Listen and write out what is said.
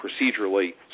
procedurally